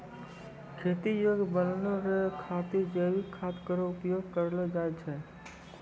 खेती योग्य बनलो रहै खातिर जैविक खाद केरो उपयोग करलो जाय छै